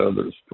others